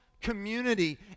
community